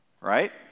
right